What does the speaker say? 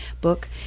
book